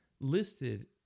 listed